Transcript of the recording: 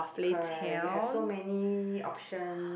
correct you have so many option